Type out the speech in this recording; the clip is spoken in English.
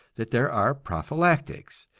that there are prophylactics,